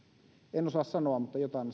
en osaa sanoa mutta jotain